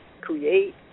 create